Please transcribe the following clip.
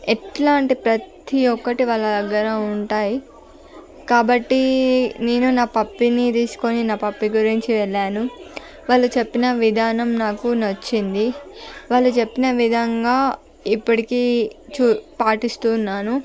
ఎట్ల అంటే ప్రతి ఒకటి వాళ్ళ దగ్గర ఉంటాయి కాబట్టి నేను నా పప్పీని తీసుకొని నా పప్పీ గురించి వెళ్ళాను వాళ్ళు చెప్పిన విధానం నాకు నచ్చింది వాళ్ళు చెప్పిన విధంగా ఇప్పటికి చూ పాటిస్తున్నాను